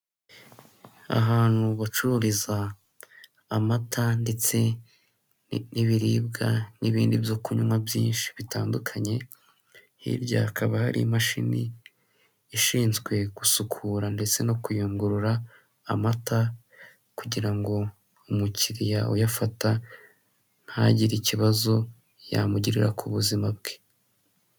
Ahantu bacururiza amata ndetse n'ibiribwa n'ibindi byo kunywa byinshi bitandukanye, hirya hakaba hari imashini ishinzwe gusukura ndetse no kuyungurura amata kugira ngo umukiriya uyafata ntagire ikibazo yamugirira ku buzima bwe.